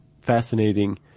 fascinating